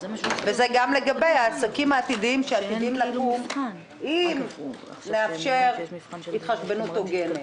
וזה גם לגבי העסקים העתידיים שעתידים לקום אם נאפשר התחשבנות הוגנת.